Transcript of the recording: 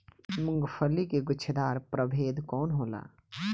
मूँगफली के गुछेदार प्रभेद कौन होला?